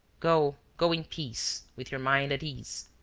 go, go in peace, with your mind at ease.